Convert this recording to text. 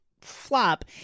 flop